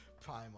Prime